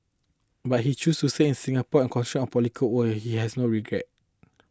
but he chose to stay in Singapore and concentrate on political work here he has no regrets